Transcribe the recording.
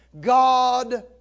God